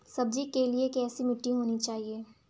सब्जियों के लिए कैसी मिट्टी होनी चाहिए?